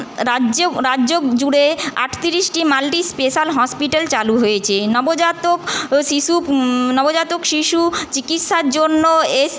রাজ্য রাজ্য জুড়ে আটত্রিশটি মাল্টিস্পেশাল হসপিটাল চালু হয়েছে নবজাতক শিশু নবজাতক শিশু চিকিৎসার জন্য এস